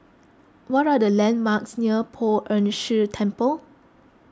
what are the landmarks near Poh Ern Shih Temple